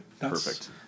perfect